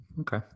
Okay